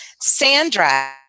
Sandra